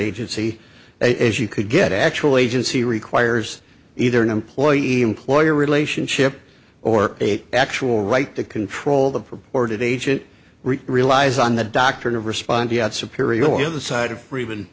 agency as you could get actually agency requires either an employee employer relationship or eight actual right to control the purported age it relies on the doctor to respond yet superior with the side of freeman